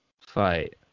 fight